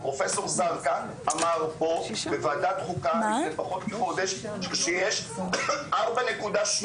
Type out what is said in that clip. פרופ' זרקא אמר פה בוועדת חוקה לפני פחות מחודש שיש 4.8 מיליון מחוסנים.